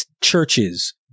churches